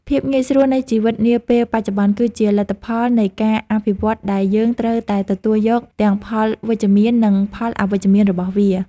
ភាពងាយស្រួលនៃជីវិតនាពេលបច្ចុប្បន្ន គឺជាលទ្ធផលនៃការអភិវឌ្ឍដែលយើងត្រូវតែទទួលយកទាំងផលវិជ្ជមាននិងផលអវិជ្ជមានរបស់វា។